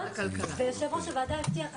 ויושב-ראש הוועדה הבטיח.